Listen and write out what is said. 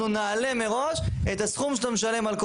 אנחנו נעלה מראש את הסכום שאתה משלם על כל